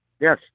Yes